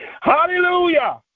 Hallelujah